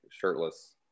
shirtless